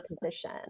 position